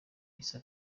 gisa